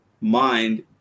mind